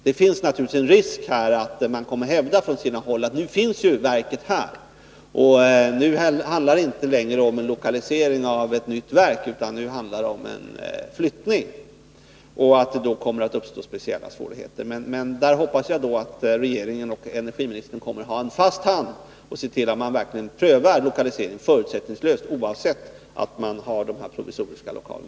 Det finns naturligtvis en risk för att man på sina håll kommer att hävda att nu finns verket här och nu handlar det inte längre om en lokalisering av ett nytt verk utan om en flyttning. Det kan i sådana fall uppstå speciella svårigheter. Jag hoppas att regeringen och energiministern kommer att ha en fast hand och se till att man verkligen prövar lokaliseringen förutsättningslöst, oavsett att man har dessa provisoriska lokaler.